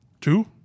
Two